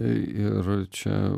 ir čia